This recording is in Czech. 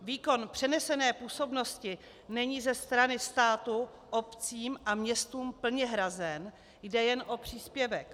Výkon přenesené působnosti není ze strany státu obcím a městům plně hrazen, jde jen o příspěvek.